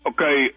Okay